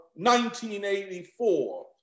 1984